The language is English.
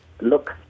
look